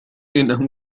إنه